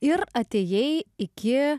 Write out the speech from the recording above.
ir atėjai iki